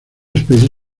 especie